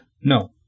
No